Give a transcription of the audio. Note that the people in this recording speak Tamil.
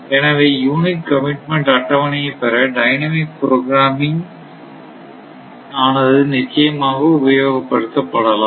எனவே யூனிட் கமிட்மெண்ட் அட்டவணையை பெற டைனமிக் ப்ரோக்ராமிங் ஆனது நிச்சயமாக உபயோகப் படுத்தப் படலாம்